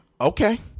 okay